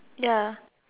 ya